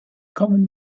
kommen